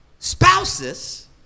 Spouses